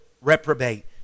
reprobate